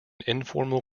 informal